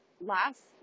last